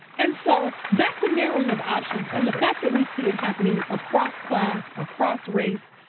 and so that's a narrowing of options and the fact that we see it happening across class, across race,